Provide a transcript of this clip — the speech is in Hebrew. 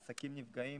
העסקים נפגעים,